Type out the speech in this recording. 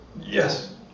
yes